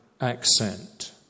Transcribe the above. accent